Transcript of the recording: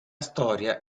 storia